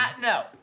No